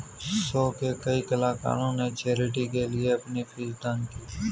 show के कई कलाकारों ने चैरिटी के लिए अपनी फीस दान की